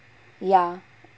ya